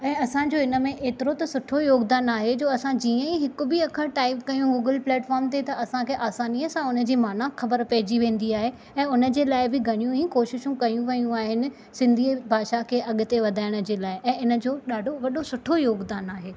ऐं असां जो इन में ऐतिरो त सुठो योगदान आहे जो असां जीअं ई हिकु बि अखरु टाइप कयूं गूगल पलैटफॉर्म ते त असां खे आसानीअ सां उन जी माना ख़बर पहिजी वेंदी आहे ऐं उन जे लाइ बि घणीयूं ई कोशिशूं कयूं वयूं आहिनि सिंधीअ भाषा खे अॻिते वधाइण जे लाइ ऐं इन जो ॾाढो वॾो सुठो योगदान आहे